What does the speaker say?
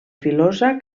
filosa